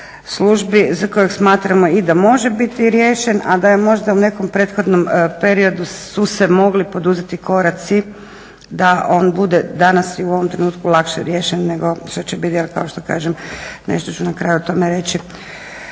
za kojeg smatramo i da može biti riješen i da je možda u nekom prethodnom periodu su se mogli poduzeti koraci da on bude danas i u ovom trenutku lakše riješen nego što će bit jel kao što kažem nešto ću na kraju o tome reći.